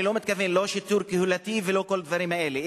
אני לא מתכוון לשיטור קהילתי ולא לכל הדברים האלה,